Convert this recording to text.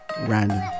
random